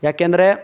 ಯಾಕೆಂದರೆ